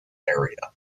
area